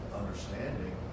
understanding